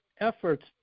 efforts